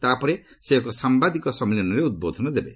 ତା'ପରେ ସେ ଏକ ସାମ୍ଭାଦିକ ସମ୍ମିଳନୀରେ ଉଦ୍ବୋଧନ ଦେବେ